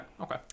okay